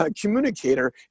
communicator